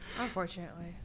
Unfortunately